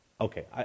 okay